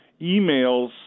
emails